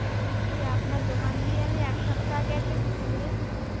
বলছি আপনার দোকান দিয়ে আমি এক সপ্তাহ আগে একটা জুতো নিয়ে এসছিলাম